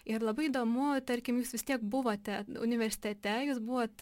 ir labai įdomu tarkim jūs vis tiek buvote universitete jūs buvot